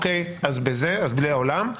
אז סליחה, בזה, בלי העולם.